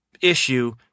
issue